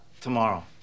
tomorrow